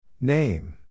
Name